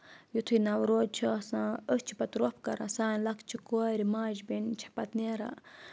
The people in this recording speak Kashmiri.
یِتھُے نو روز چھُ آسان أسۍ چھِ پَتہٕ روٚپھ کَران سانہِ لۄکچہِ کورِ ماجہِ بیٚنہِ چھِ پَتہٕ نیران